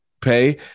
pay